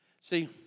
See